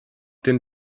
den